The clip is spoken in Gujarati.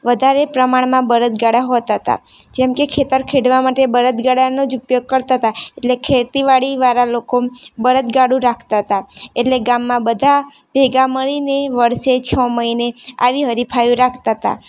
વધારે પ્રમાણમાં બળદ ગાડાં હોતાં હતાં જેમકે ખેતર ખેડવા માટે બળદ ગાડાંનો જ ઉપયોગ કરતા હતા એટલે ખેતીવાડી વાળા લોકો બળદગાડું રાખતા હતા એટલે ગામમાં બધા ભેગા મળીને વર્ષે છ મહિને આવી હરીફાઇઓ રાખતા હતા